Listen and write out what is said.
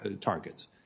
targets